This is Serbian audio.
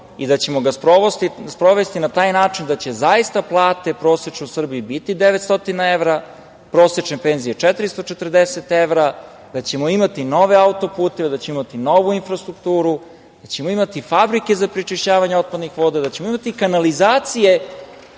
i da ćemo ga sprovesti na taj način da će zaista plate prosečne u Srbiji biti 900 evra, prosečne penzije 440 evra, da ćemo imati nove autoputeve, da ćemo imati novu infrastrukturu, da ćemo imati fabrike za prečišćavanje otpadnih voda, da ćemo imati kanalizacije,